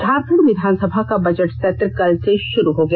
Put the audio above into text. झारखंड विधानसभा का बजट सत्र कल से शुरू हो गया